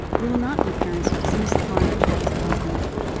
we will not be parents who dismiss the harm our child has caused another.